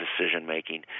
decision-making